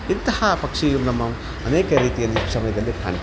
ಇಂತಹ ಪಕ್ಷಿಯು ನಮ್ಮ ಅನೇಕ ರೀತಿಯಲ್ಲಿ ಸಮಯದಲ್ಲಿ ಕಾಣ್ತೀವಿ